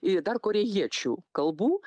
i dar korėjiečių kalbų